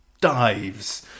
dives